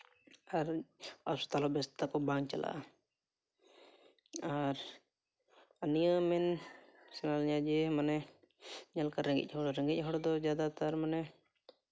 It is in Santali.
ᱟᱨ ᱦᱟᱥᱯᱟᱛᱟᱞ ᱦᱚᱸ ᱵᱮᱥ ᱛᱟᱠᱚ ᱵᱟᱝ ᱪᱟᱞᱟᱜᱼᱟ ᱟᱨ ᱱᱤᱭᱟᱹ ᱢᱮᱱ ᱥᱟᱱᱟᱧᱟ ᱡᱮ ᱢᱟᱱᱮ ᱡᱟᱦᱟᱸ ᱞᱮᱠᱟ ᱨᱮᱸᱜᱮᱡ ᱦᱚᱲ ᱨᱮᱸᱜᱮᱡ ᱦᱚᱲ ᱫᱚ ᱡᱟᱫᱟ ᱛᱟᱨ ᱢᱟᱱᱮ